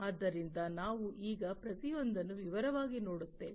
ಆದ್ದರಿಂದ ನಾವು ಈಗ ಪ್ರತಿಯೊಂದನ್ನು ವಿವರವಾಗಿ ನೋಡುತ್ತೇವೆ